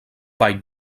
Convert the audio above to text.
vall